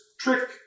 trick